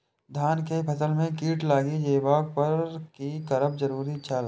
धान के फसल में कीट लागि जेबाक पर की करब जरुरी छल?